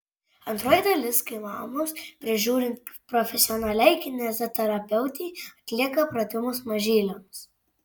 antroji dalis kai mamos prižiūrint profesionaliai kineziterapeutei atlieka pratimus mažyliams